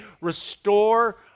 restore